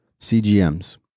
CGMs